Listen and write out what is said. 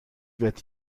wird